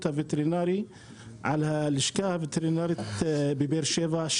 הווטרינרי על הלשכה הווטרינרית בבאר שבע,